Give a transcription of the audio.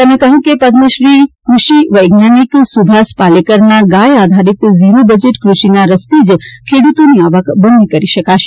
તેમણે કહ્યું કે પદમશ્રી ક્રષિ વૈજ્ઞાનિક સુભાષ પાલેકરના ગાય આધારીત ઝીરો બજેટ કૃષિના રસ્તે જ ખેડૂતોની આવક બમણી કરી શકાશે